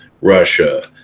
russia